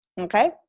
Okay